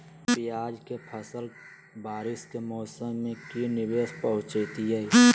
प्याज के फसल बारिस के मौसम में की निवेस पहुचैताई?